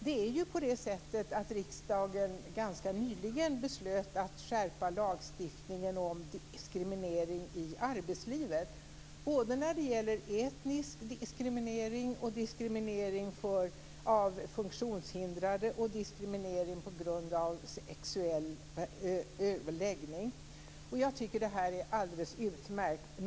Det är ju på det sättet att riksdagen ganska nyligen beslöt att skärpa lagstiftningen om diskriminering i arbetslivet, både när det gäller etnisk diskriminering, diskriminering av funktionshindrade och diskriminering på grund av sexuell läggning, och jag tycker att det här är alldeles utmärkt.